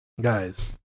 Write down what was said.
Guys